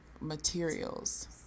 materials